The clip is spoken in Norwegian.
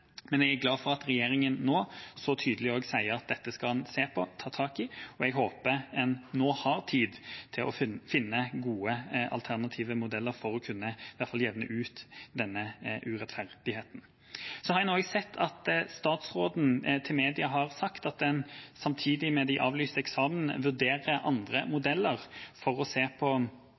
men jeg er glad for at regjeringa nå så tydelig også sier at dette skal en se på og ta tak i, og jeg håper en nå har tid til å finne gode alternative modeller for i hvert fall å kunne jevne ut denne urettferdigheten. En har også sett at statsråden har sagt til mediene at en samtidig med de avlyste eksamenene vurderer andre modeller for å se på